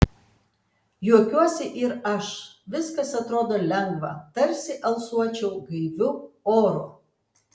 juokiuosi ir aš viskas atrodo lengva tarsi alsuočiau gaiviu oru